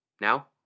Now